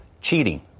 cheating